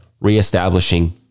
reestablishing